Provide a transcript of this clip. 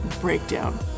breakdown